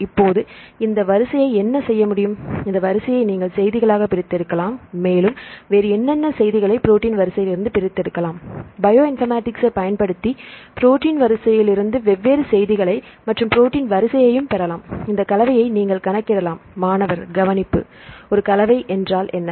இப்போது இந்த வரிசையை என்ன செய்ய முடியும் இந்த வரிசையை நீங்கள் செய்திகளாக பிரித்தெடுக்கலாம் மேலும் வேறு என்னென்ன செய்திகளை புரோட்டின் வரிசையிலிருந்து பிரித்தெடுக்கலாம் பயோ இன்பர்மேட்டிக்ஸ் ஐ பயன்படுத்தி ப்ரோட்டின் வரிசையிலிருந்து வெவ்வேறு செய்திகளை மற்றும் புரோட்டின் வரிசையையும் பெறலாம் இந்தக் கலவையை நீங்கள் கணக்கிடலாம் மாணவர் கவனிப்பு ஒரு கலவை என்றால் என்ன